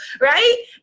right